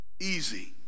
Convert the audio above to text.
easy